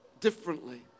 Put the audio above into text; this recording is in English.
differently